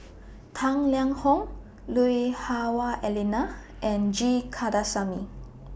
Tang Liang Hong Lui Hah Wah Elena and G Kandasamy